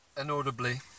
Inaudibly